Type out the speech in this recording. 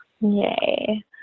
Yay